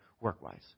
work-wise